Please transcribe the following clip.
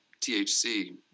THC